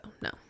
No